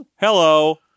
hello